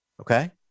Okay